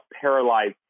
paralyzed